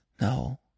No